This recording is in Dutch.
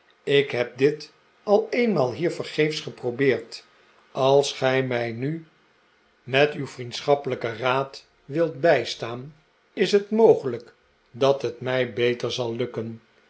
ik heb dit al eenmaal hier vergeefs geprobeerd als gij mij nu met uw allerlei g e h e i m zi n n i g h ed e n vriendschappelijken raad wilt bijstaan is het mogelijk dat het mij beter zal lukken